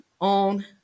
on